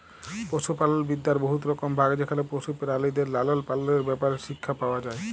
পশুপালল বিদ্যার বহুত রকম ভাগ যেখালে পশু পেরালিদের লালল পাললের ব্যাপারে শিখ্খা পাউয়া যায়